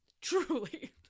Truly